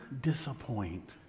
disappoint